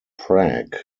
prague